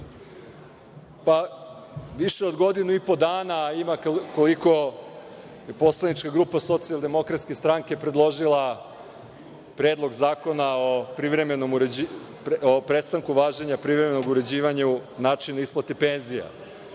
Više od godinu i po dana ima koliko je Poslanička grupa Socijaldemokratske stranke predložila Predlog zakona o prestanku važenja privremenog uređivanja načina isplate penzija.